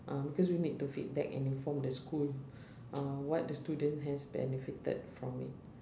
ah because we need to feedback and inform the school uh what the student has benefited from it